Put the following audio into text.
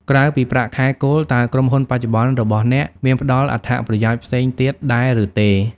ក្រៅពីប្រាក់ខែគោល តើក្រុមហ៊ុនបច្ចុប្បន្នរបស់អ្នកមានផ្តល់អត្ថប្រយោជន៍ផ្សេងទៀតដែរឬទេ?